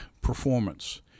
performance